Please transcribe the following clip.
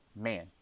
Man